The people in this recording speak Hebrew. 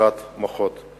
בריחת מוחות,